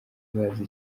bazi